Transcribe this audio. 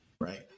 right